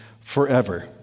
forever